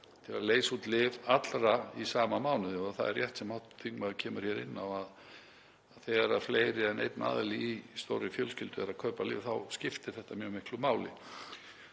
til að leysa út lyf allra í sama mánuði — það er rétt sem hv. þingmaður kemur hér inn á að þegar fleiri en einn aðili í stórri fjölskyldu er að kaupa lyf þá skiptir þetta mjög miklu máli